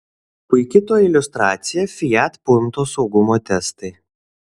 puiki to iliustracija fiat punto saugumo testai